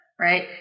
right